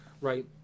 Right